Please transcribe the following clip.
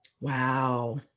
Wow